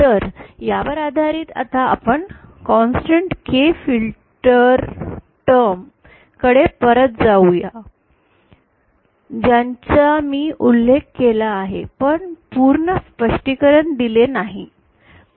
तर यावर आधारित आता आपण कॉन्सेंटेंट K फिल्टर टर्म कडे परत जाऊ या ज्यांचा मी उल्लेख केला आहे पण पूर्ण स्पष्टीकरण दिले नाही